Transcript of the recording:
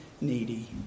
needy